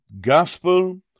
gospel